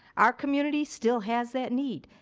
our community still has that need.